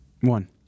One